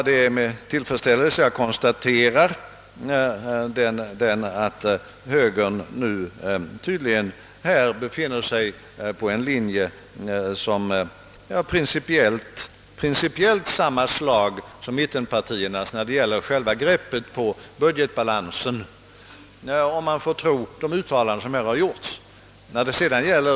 Det är med tillfredsställelse jag kon staterar att högern nu tydligen följer en linje av principiellt samma slag som mittenpartiernas när det gäller själva greppet på budgetbalansen, om man får tro de uttalanden som här har gjorts.